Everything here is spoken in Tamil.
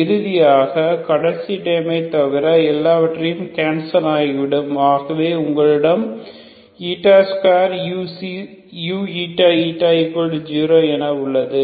இறுதியாக கடைசி டெர்மை தவிர எல்லாவற்றையும் கேன்சல் ஆகிவிடும் ஆகவே உங்களிடம் 2uηη0 என உள்ளது